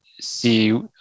see